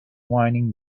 whinnying